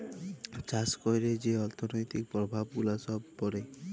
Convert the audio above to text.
চাষ ক্যইরে যে অথ্থলৈতিক পরভাব গুলা ছব পড়ে